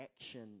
action